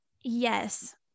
yes